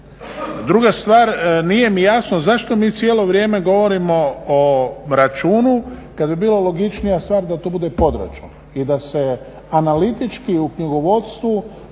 Druga stvar, nije mi jasno zašto mi cijelo vrijeme govorimo o računu kad bi bilo logičnija stvar da to bude podračun i da se analitički u knjigovodstvu